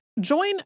Join